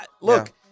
Look